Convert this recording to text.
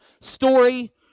story